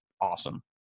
awesome